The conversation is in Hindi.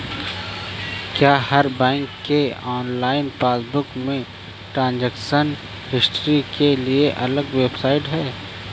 क्या हर बैंक के ऑनलाइन पासबुक में ट्रांजेक्शन हिस्ट्री के लिए अलग वेबसाइट है?